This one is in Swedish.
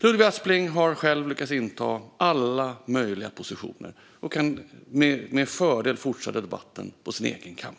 Ludvig Aspling har själv lyckats inta alla möjliga positioner och kan med fördel fortsätta debatten på sin egen kammare.